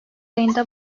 ayında